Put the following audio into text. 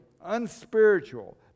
unspiritual